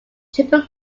triple